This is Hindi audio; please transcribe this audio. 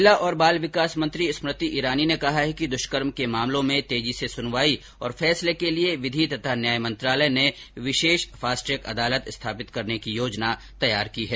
महिला और बाल विकास मंत्री स्मृति ईरानी ने कहा है कि दुष्कर्म के मामलों की तेजी से सुनवाई और फैसले के लिए विधि तथा न्याय मंत्रालय ने विशेष फास्ट ट्रैक अदालत स्थापित करने की योजना तैयार की है